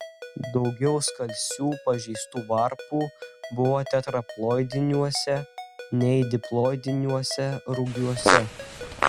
daugiau skalsių pažeistų varpų buvo tetraploidiniuose nei diploidiniuose rugiuose